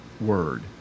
word